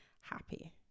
happy